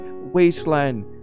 wasteland